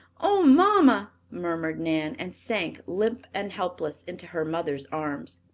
oh, mamma! murmured nan, and sank, limp and helpless, into her mother's arms.